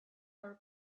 her